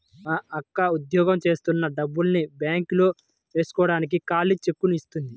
మా అక్క ఉద్యోగం జేత్తన్న డబ్బుల్ని బ్యేంకులో వేస్కోడానికి ఖాళీ చెక్కుని ఇచ్చింది